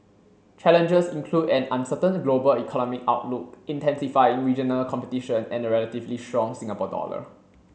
challenges include an uncertain global economic outlook intensifying regional competition and a relatively strong Singapore dollar